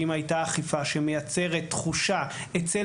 שאם הייתה אכיפה שמייצרת תחושה אצל